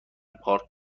پارک